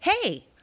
Hey